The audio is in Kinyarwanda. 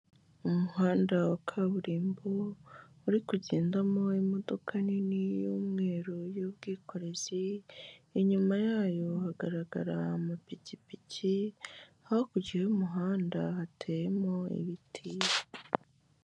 Umuhanda wa kaburimbo uri kugendamo imodoka nini y'umweru y'ubwikorezi, inyuma yayo hagaragara amapikipiki, hakurya y'umuhanda hateyemo ibiti.